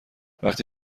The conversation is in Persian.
وقتی